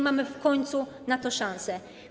Mamy w końcu na to szansę.